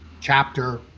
chapter